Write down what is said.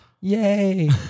Yay